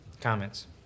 Comments